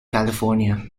california